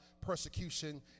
persecution